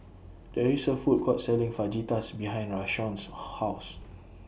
There IS A Food Court Selling Fajitas behind Rashawn's House